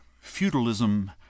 Feudalism